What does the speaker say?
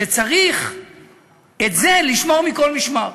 שצריך לשמור את זה מכל משמר.